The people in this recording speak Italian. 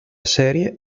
serie